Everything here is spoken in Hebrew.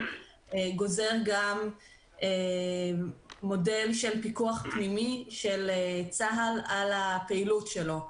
גוזר גם מודל של פיקוח פנימי של צבא הגנה לישראל על הפעילות שלו.